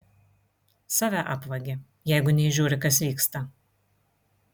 save apvagi jeigu neįžiūri kas vyksta